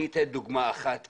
אני אתן דוגמה אחת קטנה: